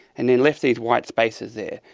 and then left these white space is there,